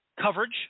coverage